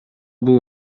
бул